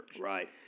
Right